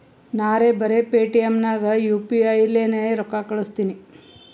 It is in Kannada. ನಾರೇ ಬರೆ ಪೇಟಿಎಂ ನಾಗ್ ಯು ಪಿ ಐ ಲೇನೆ ರೊಕ್ಕಾ ಕಳುಸ್ತನಿ